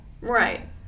right